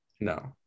no